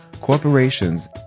corporations